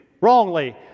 wrongly